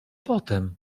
potem